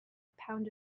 pound